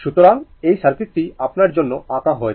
সুতরাং এই সার্কিটটি আপনার জন্য আঁকা হয়েছে